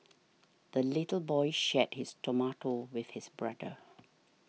the little boy shared his tomato with his brother